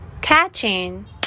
Catching